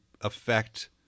affect